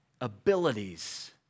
Abilities